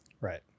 Right